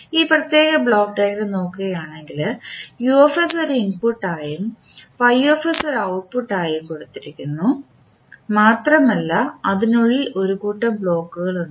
ഈ പ്രത്യേക block diagram നോക്കുകയാണെങ്കിൽ ഒരു ഇൻപുട്ടായും ഒരു ഔട്ട്പുട്ട് ആയും കൊടുത്തിരിക്കുന്നു മാത്രമല്ല അതിനുള്ളിൽ ഒരു കൂട്ടം ബ്ലോക്കുകളുണ്ട്